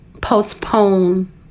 postpone